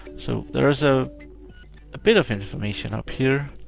so, there's a bit of information up here,